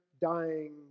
dying